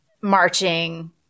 marching